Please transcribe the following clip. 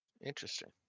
Interesting